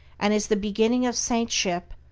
and is the beginning of saintship,